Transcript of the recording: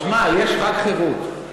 מה קשור דברי תורה?